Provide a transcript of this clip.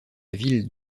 ville